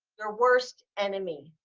your worst enemy,